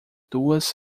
duas